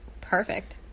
Perfect